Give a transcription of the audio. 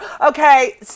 Okay